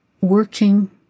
working